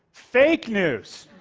fake news.